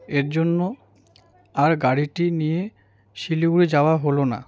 এর জন্য আর গাড়িটি নিয়ে শিলিগুড়ি যাওয়া হলো না